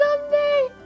Someday